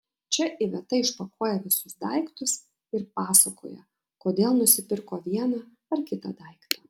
čia iveta išpakuoja visus daiktus ir pasakoja kodėl nusipirko vieną ar kitą daiktą